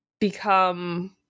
become